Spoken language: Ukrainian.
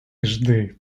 жди